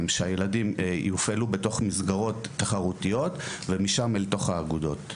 שהילדים יופעלו בתוך מסגרות תחרותיות ומשם לתוך האגודות.